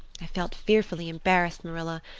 i felt fearfully embarrassed, marilla,